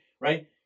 Right